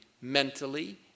mentally